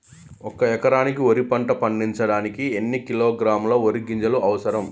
ఒక్క ఎకరా వరి పంట పండించడానికి ఎన్ని కిలోగ్రాముల వరి గింజలు అవసరం?